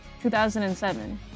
2007